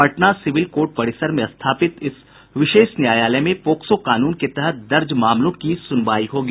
Patna civil court परिसर में स्थापित इस विशेष न्यायालय में पोक्सो कानून के तहत दर्ज मामलों की सुनवाई होगी